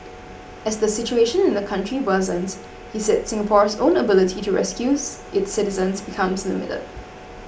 as the situation in the country worsens he said Singapore's own ability to rescue its citizens becomes limited